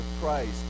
Christ